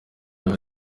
hari